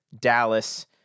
Dallas